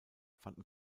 fanden